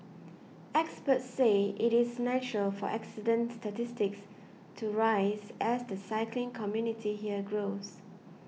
experts say it is natural for accident statistics to rise as the cycling community here grows